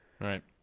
Right